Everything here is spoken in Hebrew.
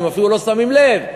והם אפילו לא שמים לב.